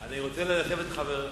אני רוצה להסב את תשומת